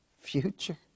future